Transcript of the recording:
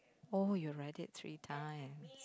oh you write it three times